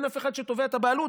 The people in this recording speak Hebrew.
אין אף אחד שתובע את הבעלות,